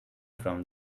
from